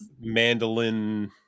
mandolin